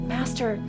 Master